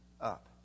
up